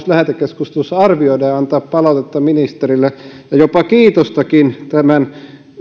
lähetekeskustelussa arvioida ja antaa palautetta ministerille ja jopa kiitostakin tälle